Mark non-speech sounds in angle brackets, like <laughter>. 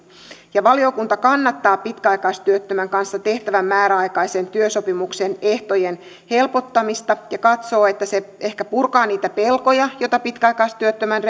valiokunta kannattaa pitkäaikaistyöttömän kanssa tehtävän määräaikaisen työsopimuksen ehtojen helpottamista ja katsoo että se ehkä purkaa niitä pelkoja joita pitkäaikaistyöttömän <unintelligible>